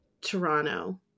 Toronto